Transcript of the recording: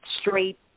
straight